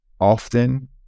often